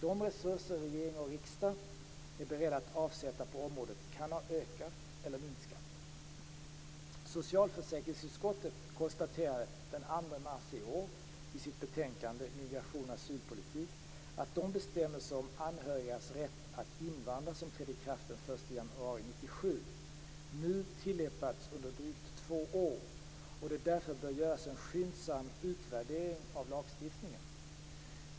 De resurser regering och riksdag är beredda att avsätta på området kan ha ökat eller minskat. 1997, nu tillämpats under drygt två år och att det därför bör göras en skyndsam utvärdering av lagstiftningen.